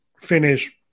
finish